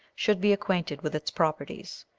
should be acquainted with its properties.